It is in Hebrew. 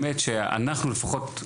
באמת שאנחנו לפחות,